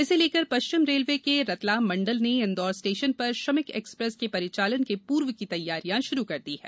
इसे लेकर पश्चिम रेलवे के रतलाम मंडल ने इंदौर स्टेशन पर श्रमिक एक्सप्रेस के परिचालन के पूर्व की तैयारियां शुरू कर दी हैं